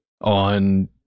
on